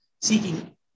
seeking